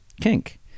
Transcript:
kink